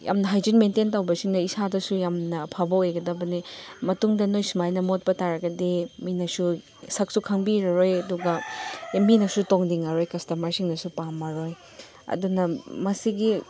ꯌꯥꯝꯅ hygiene maintain ꯇꯧꯕꯁꯤꯅ ꯏꯁꯥꯗꯁꯨ ꯌꯥꯝꯅ ꯑꯐꯕ ꯑꯣꯏꯒꯗꯕꯅꯦ ꯃꯇꯨꯡꯗ ꯅꯣꯏ ꯁꯨꯃꯥꯏꯅ ꯃꯣꯠꯄ ꯇꯥꯔꯒꯗꯤ ꯃꯤꯅꯁꯨ ꯁꯛꯁꯨ ꯈꯪꯕꯤꯔꯔꯣꯏ ꯑꯗꯨꯒ ꯃꯤꯅꯁꯨ ꯇꯣꯡꯅꯤꯡꯉꯔꯣꯏ ꯀꯁꯇꯃꯔꯁꯤꯡꯅꯁꯨ ꯄꯥꯝꯃꯔꯣꯏ ꯑꯗꯨꯅ ꯃꯁꯤꯒꯤ